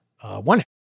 one